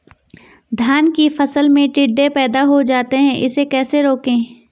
धान की फसल में टिड्डे पैदा हो जाते हैं इसे कैसे रोकें?